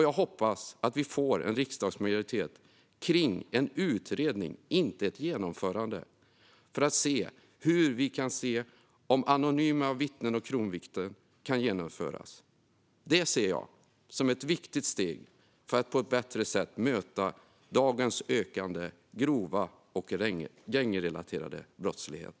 Jag hoppas att vi får riksdagsmajoritet om en utredning - inte ett genomförande - för att se hur system med anonyma vittnen och kronvittnen kan genomföras. Det ser jag som ett viktigt steg för att på ett bättre sätt möta dagens ökande grova och gängrelaterade brottslighet.